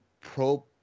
pro